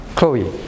Chloe